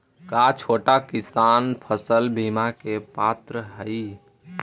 का छोटा किसान फसल बीमा के पात्र हई?